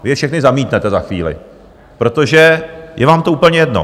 Vy je všechny zamítnete za chvíli, protože je vám to úplně jedno.